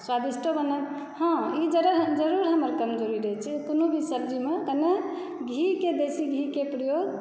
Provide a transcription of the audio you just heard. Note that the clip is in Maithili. स्वादिष्टो बनल हँ ई जरूर हमर कमजोरी रहै छै जे कोनो भी सब्जीमे कने घीके देसी घीके प्रयोग